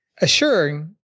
assuring